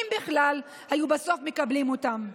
אם בכלל היו מקבלים אותם בסוף,